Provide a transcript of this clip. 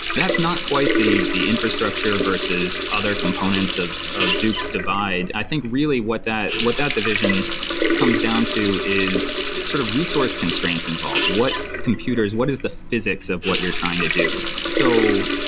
that's not quite the the infrastructure versus other components of of zoox divide. i think really what that what that division comes down to is sort of resource constraints involved. what computers, what is the physics of what you're trying to do so.